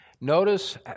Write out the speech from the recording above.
notice